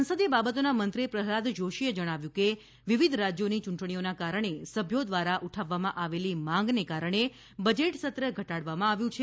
સંસદીય બાબતોના મંત્રી પ્રહલાદ જોશીએ જણાવ્યું કે વિવિધ રાજ્યોની યૂંટણીઓને કારણે સભ્યો દ્વારા ઉઠાવવામાં આવેલી માંગને કારણે બજેટ સત્ર ઘટાડવામાં આવ્યું છે